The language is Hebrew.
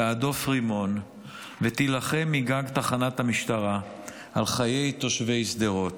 תהדוף רימון ותילחם מגג תחנת המשטרה על חיי תושבי שדרות,